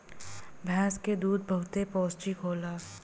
भैंस क दूध बहुते पौष्टिक होला